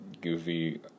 goofy